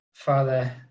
Father